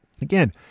Again